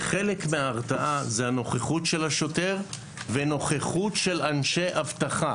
חלק מההרתעה זה הנוכחות של השוטר ונוכחות של אנשי אבטחה.